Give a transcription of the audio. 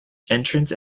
entrance